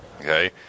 Okay